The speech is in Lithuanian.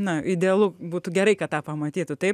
na idealu būtų gerai kad tą pamatytų taip